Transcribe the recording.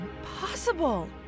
Impossible